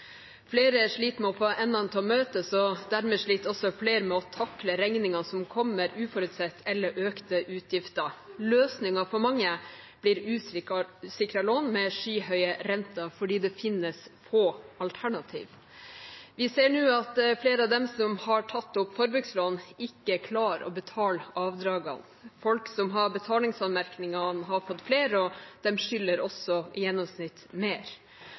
Flere sliter med å få endene til å møtes, og dermed sliter også flere med å takle regningene som kommer uforutsett, eller økte utgifter. Løsningen for mange blir usikrede lån med skyhøye renter, fordi det finnes få alternativ. Vi ser nå at flere av dem som har tatt opp forbrukslån, ikke klarer å betale avdragene. Folk som har betalingsanmerkninger, har fått flere, og de skylder også i gjennomsnitt mer.